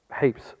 heaps